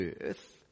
earth